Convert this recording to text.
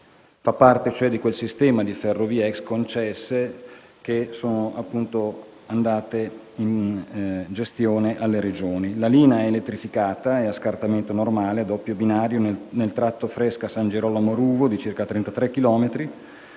Fa parte di quel sistema di ferrovie *ex* concesse andate in gestione alle Regioni. La linea è elettrificata, a scartamento normale. È a doppio binario nel tratto tra Fesca San Girolamo e Ruvo (circa 33 chilometri),